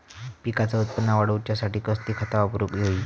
पिकाचा उत्पन वाढवूच्यासाठी कसली खता वापरूक होई?